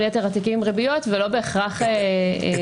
יתר התיקים עם ריביות וזה לא בהכרח לטובתו.